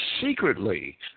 secretly